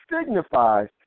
signifies